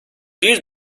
bir